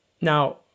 Now